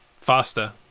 faster